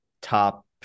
top